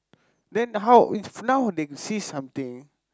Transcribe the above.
then how if now they cease something